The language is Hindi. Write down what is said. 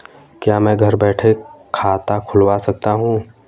क्या मैं घर बैठे खाता खुलवा सकता हूँ?